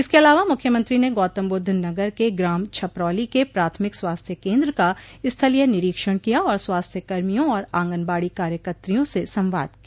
इसके अलावा मुख्यमंत्री ने गौतमबुद्ध नगर के ग्राम छपरौली के प्राथमिक स्वास्थ केन्द्र का स्थलीय निरीक्षण किया और स्वास्थ्य कर्मियों और आंगनबाड़ी कार्यकत्रियों से संवाद किया